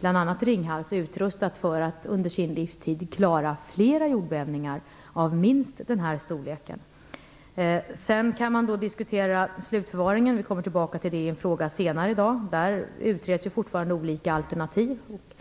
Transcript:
bl.a. Ringhals utrustat för att under sin livstid klara flera jordbävningar av minst denna storlek. Man kan diskutera slutförvaringen. Vi kommer tillbaka till det i en fråga senare i dag. Olika alternativ utreds fortfarande.